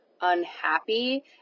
unhappy